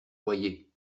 boyer